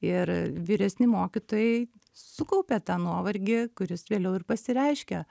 ir vyresni mokytojai sukaupia tą nuovargį kuris vėliau ir pasireiškia